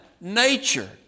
nature